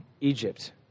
Egypt